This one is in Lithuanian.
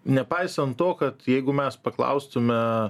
nepaisant to kad jeigu mes paklaustume